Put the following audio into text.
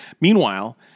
meanwhile